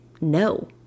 no